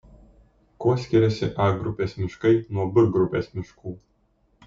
kuo skiriasi a grupės miškai nuo b grupės miškų